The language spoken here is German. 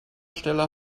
stelle